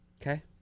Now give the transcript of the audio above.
Okay